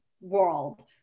world